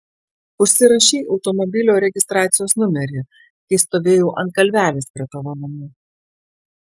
užsirašei automobilio registracijos numerį kai stovėjau ant kalvelės prie tavo namų